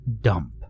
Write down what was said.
dump